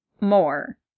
more